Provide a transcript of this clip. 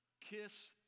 kiss